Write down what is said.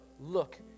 look